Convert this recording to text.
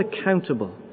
accountable